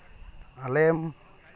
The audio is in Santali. ᱟᱞᱮ